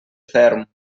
ferm